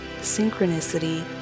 synchronicity